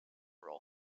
role